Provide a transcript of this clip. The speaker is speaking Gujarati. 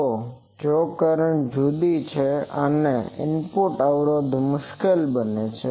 તો જો કરંટ જુદો છે તો ઇનપુટ અવરોધ મુશ્કેલ બનશે